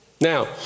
Now